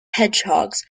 hedgehogs